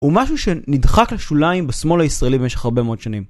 הוא משהו שנדחק לשוליים בשמאל הישראלי במשך הרבה מאוד שנים.